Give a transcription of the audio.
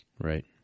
Right